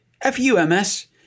F-U-M-S